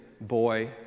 boy